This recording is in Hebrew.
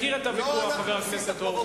אני מכיר את הוויכוח, חבר הכנסת הורוביץ.